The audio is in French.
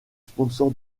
sponsor